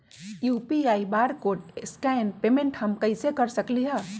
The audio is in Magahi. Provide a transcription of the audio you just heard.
यू.पी.आई बारकोड स्कैन पेमेंट हम कईसे कर सकली ह?